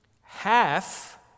Half